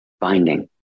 Binding